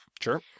Sure